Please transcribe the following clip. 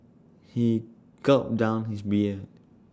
he gulped down his beer